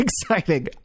exciting